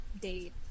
date